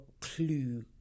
clue